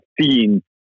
seeing